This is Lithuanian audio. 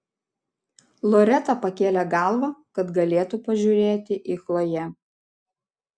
loreta pakėlė galvą kad galėtų pažiūrėti į chloję